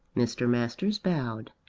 mr. masters bowed.